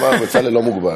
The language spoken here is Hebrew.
נאזם אמר: בצלאל לא מוגבל.